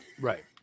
Right